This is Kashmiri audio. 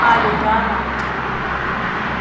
خالِدہ راجہ